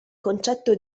concetto